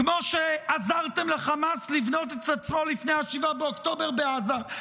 כמו שעזרתם לחמאס לבנות את עצמו לפני 7 באוקטובר בעזה,